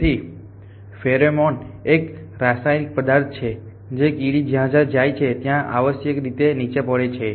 તેથી ફેરોમોન એ એક રાસાયણિક પદાર્થ છે જે કીડી જ્યાં જાય છે ત્યાં આવશ્યકરીતે નીચે પડે છે